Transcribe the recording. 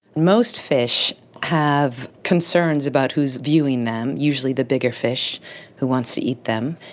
most fish have concerns about who is viewing them, usually the bigger fish who wants to eat them.